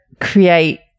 create